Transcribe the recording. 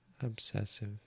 obsessive